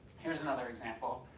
here's another example.